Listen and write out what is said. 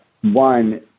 One